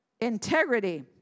Integrity